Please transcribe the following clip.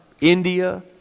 India